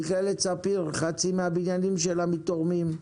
מכללת ספיר חצי מהבניינים שלה מתורמים.